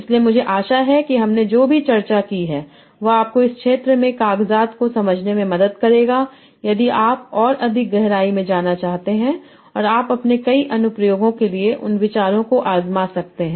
इसलिए मुझे आशा है कि हमने जो भी चर्चा की है वह आपको इस क्षेत्र में क़ागज़ात को समझने में मदद करेगा यदि आप और अधिक गहराई में जाना चाहते हैं और आप अपने कई अनुप्रयोगों के लिए इन विचारों को आज़मा सकते हैं